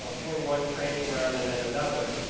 doing one training run and then another,